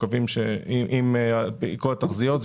אם יתממשו התחזיות,